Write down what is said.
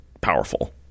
powerful